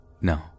No